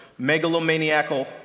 megalomaniacal